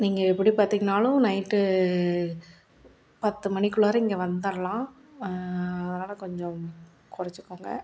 நீங்கள் எப்படி பார்த்தீங்கன்னாலும் நைட்டு பத்து மணிக்குள்ளாறே இங்க வந்துர்லாம் அதனாலே கொஞ்சம் கொறைச்சிக்கோங்க